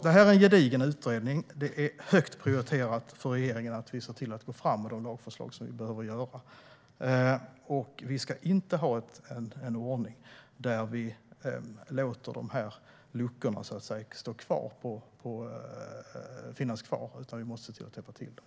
Detta är en gedigen utredning. Det är högt prioriterat för regeringen att vi ser till att gå fram med de lagförslag som vi behöver. Vi ska inte ha en ordning där vi låter luckorna finnas kvar, utan vi måste se till att täppa till dem.